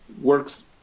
works